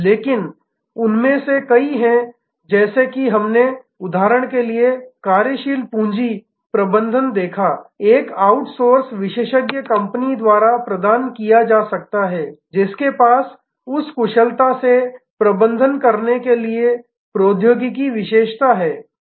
लेकिन उनमें से कई हैं जैसे कि हमने उदाहरण के लिए कार्यशील पूंजी प्रबंधन देखा एक आउटसोर्स विशेषज्ञ कंपनी द्वारा प्रदान किया जा सकता है जिसके पास उस कुशलता से प्रबंधन करने के लिए प्रौद्योगिकी विशेषज्ञता है